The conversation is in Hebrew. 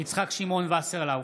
יצחק שמעון וסרלאוף,